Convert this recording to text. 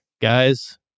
guys